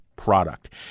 product